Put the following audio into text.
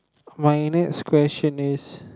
my next question is